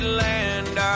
land